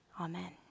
amen